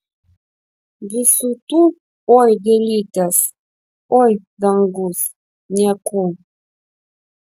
visų tų oi gėlytės oi dangus niekų